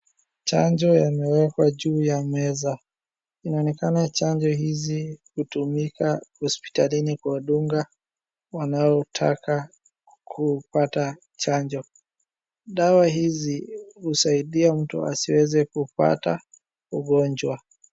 Chanjo yamewekwa juu ya meza. Inaonekana chanjo hizi hutumika hospitalini kuwadunga wanaotaka kupata chanjo. Dawa hizi husaidia mtu asiweze kupata ugonjwa.